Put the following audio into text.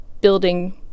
building